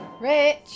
Rich